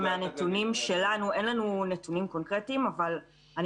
אין לנו נתונים קונקרטיים אבל אני